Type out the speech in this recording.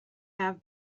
have